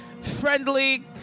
friendly